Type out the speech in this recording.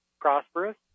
prosperous